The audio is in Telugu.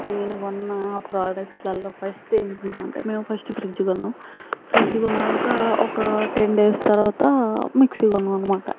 నేను కొన్న ప్రోడక్ట్స్లల్లో ఫస్ట్ ఏంటి అంటే మేము ఫస్ట్ ఫ్రిడ్జ్ కొన్నాము ఫ్రిడ్జ్ కొన్నాక ఒక టెన్ డేస్ తరువాత మిక్సీ కొన్నాము అన్నమాట